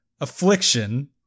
affliction